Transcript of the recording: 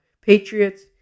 Patriots